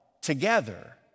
together